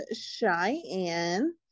Cheyenne